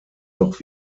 noch